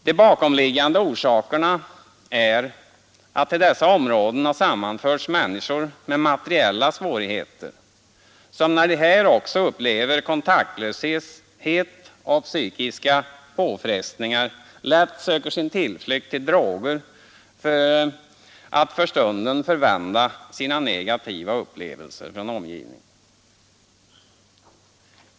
De bakomliggande orsakerna är att till dessa områden har sammanförts människor med materiella svårigheter som, när de här också upplever kontaktlöshet och psykiska påfrestningar, lätt söker sin tillflykt till droger för att för stunden vända sina negativa upplevelser från omgivningen.